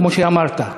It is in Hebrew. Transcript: כמו שאמרת,